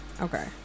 Okay